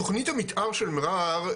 תוכנית המתאר של מע'אר,